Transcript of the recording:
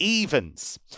Evans